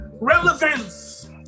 relevance